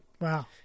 Wow